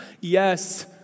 Yes